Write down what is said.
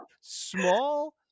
small